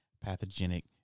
pathogenic